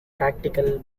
practical